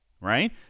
right